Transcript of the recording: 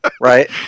right